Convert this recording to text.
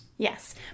Yes